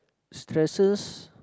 stresses